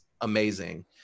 amazing